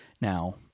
Now